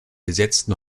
besetzten